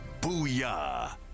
Booyah